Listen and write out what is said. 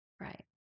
right